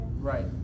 Right